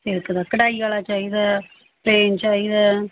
silk ਦਾ ਕਢਾਈ ਵਾਲਾ ਚਾਹੀਦਾ ਆ ਪਲੇਨ ਚਾਹੀਦਾ ਆ